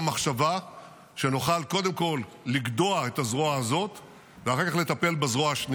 ההחלטה שקיבלנו ב-11 באוקטובר היא קודם כול לטפל בחמאס,